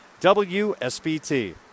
WSBT